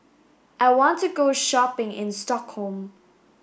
I want to go shopping in Stockholm